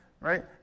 right